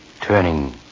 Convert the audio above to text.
Turning